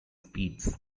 speeds